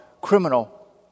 criminal